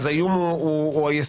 האיום הוא היסוד.